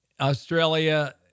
Australia